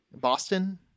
boston